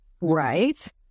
Right